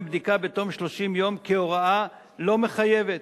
בדיקה בתום 30 יום כהוראה לא מחייבת.